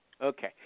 Okay